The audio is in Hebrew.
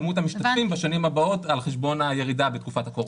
המשתתפים בשנים הבאות על חשבון הירידה בתקופת הקורונה.